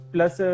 Plus